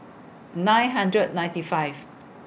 nine hundred ninety five